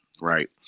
Right